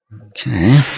Okay